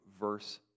verse